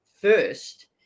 first